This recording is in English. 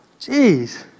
Jeez